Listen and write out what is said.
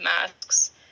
masks